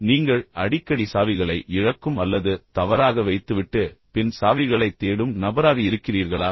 நீங்கள் அடிக்கடி சாவிகளை இழக்கும் அல்லது தவறாக வைத்து விட்டு பின் சாவிகளைத் தேடும் நபராக இருக்கிறீர்களா